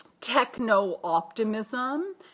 techno-optimism